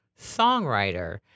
songwriter